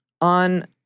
on